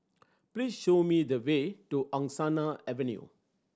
please show me the way to Angsana Avenue